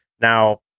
Now